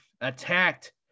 attacked